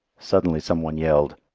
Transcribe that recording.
suddenly some one yelled,